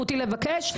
זכותי לבקש.